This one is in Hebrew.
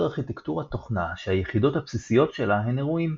ארכיטקטורת תוכנה שהיחידות הבסיסיות שלה הן אירועים.